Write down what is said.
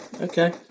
okay